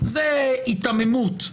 זאת היתממות.